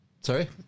Sorry